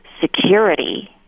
security